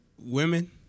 Women